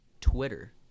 Twitter